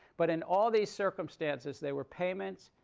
but in all these circumstances, they were payments.